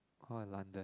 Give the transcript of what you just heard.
or London